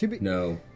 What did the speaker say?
No